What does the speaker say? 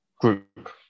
group